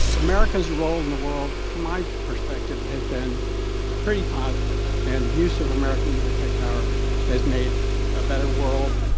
america's role in the world, from my perspective, has been pretty positive. and the use of american military power has made a better world,